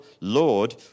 Lord